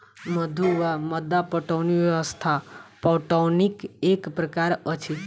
मद्दु वा मद्दा पटौनी व्यवस्था पटौनीक एक प्रकार अछि